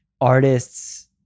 artists